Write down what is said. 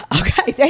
okay